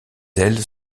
ailes